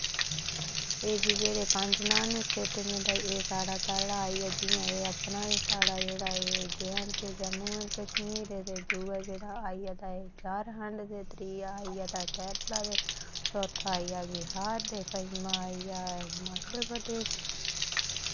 एह् जी जेह्ड़े पंज नां न स्टेटें दे तां ए साढ़ा पैह्ला आई गेआ जि'यां ए अपना गै साढ़ा जेह्ड़ा ए J and K Jammu and Kashmir ऐ ते दूआ जेह्ड़ा आई गेआ ते ए झारखण्ड ते त्रीया आई गेआ ते कैरला ते चौथा आई गेआ बिहार ते पञमां आई गेआ हिमाचल प्रदेश